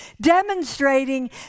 demonstrating